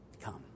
come